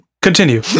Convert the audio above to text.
Continue